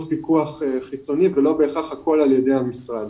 פיקוח חיצוני ולא בהכרח הכול על ידי המשרד.